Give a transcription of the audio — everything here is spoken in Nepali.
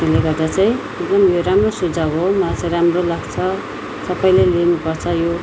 त्यसले गर्दा चाहिँ एकदम यो राम्रो सुझाउ हो मलाई चाहिँ राम्रो लाग्छ सबैले लिनु पर्छ यो